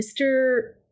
Mr